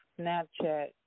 Snapchat